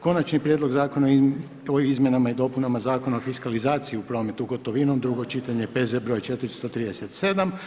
Konačni prijedlog Zakona o izmjenama i dopunama Zakona o fiskalizaciji u prometu gotovinom, drugo čitanje, P.Z.E. br. 437.